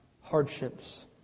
hardships